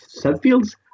subfields